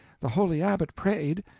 the holy abbot prayed,